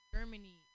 Germany